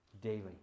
daily